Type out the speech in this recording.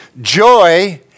joy